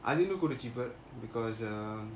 அணிலு கூட:anilu kuda cheaper because uh